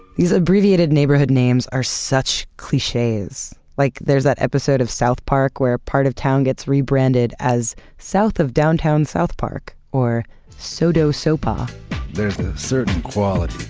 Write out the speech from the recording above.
these abbreviated neighborhood names are such cliches. like there's that episode of south park where part of town gets rebranded as south of downtown south park or sodosopa there's a certain quality,